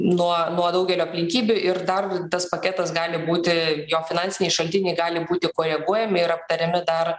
nuo nuo daugelio aplinkybių ir dar tas paketas gali būti jo finansiniai šaltiniai gali būti koreguojami ir aptariami dar